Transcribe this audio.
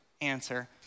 answer